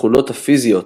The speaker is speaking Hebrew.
התכונות הפיזיות,